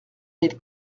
mille